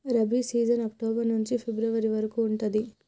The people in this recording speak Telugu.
రబీ సీజన్ అక్టోబర్ నుంచి ఫిబ్రవరి వరకు ఉంటది